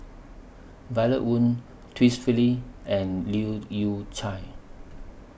Violet Oon Twisstii and Leu Yew Chye